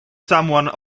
someone